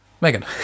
Megan